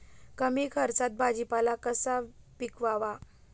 कमी खर्चात भाजीपाला कसा पिकवावा?